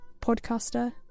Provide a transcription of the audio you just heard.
podcaster